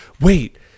wait